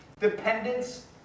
dependence